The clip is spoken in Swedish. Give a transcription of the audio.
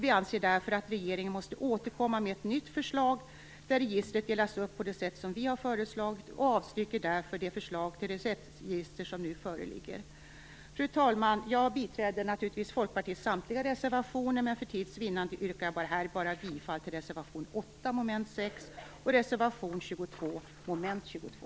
Vi anser därför att regeringen måste återkomma med ett nytt förslag där registret delas upp på det sätt som vi har föreslagit, och vi avstyrker därför det förslag till receptregister som nu föreligger. Fru talman! Jag biträder naturligtvis Folkpartiets samtliga reservationer, men för tids vinnande yrkar jag här bifall bara till reservationerna 8 avseende mom. 6 och reservation 22 avseende mom. 22.